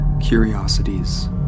curiosities